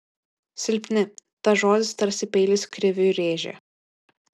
silpni tas žodis tarsi peilis kriviui rėžė